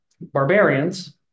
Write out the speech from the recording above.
barbarians